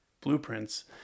blueprints